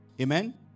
Amen